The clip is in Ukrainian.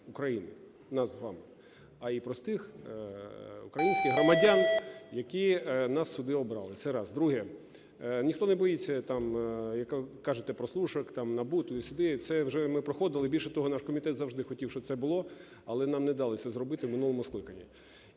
України, нас з вами, а і простих українських громадян, які нас сюди обрали. Це раз. Друге. Ніхто не боїться там, як кажете, прослушок там НАБУ, туди-сюди. Це вже ми проходили. Більше того, наш комітет завжди хотів, щоб це було, але нам не дали це зробити в минулому скликанні.